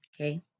okay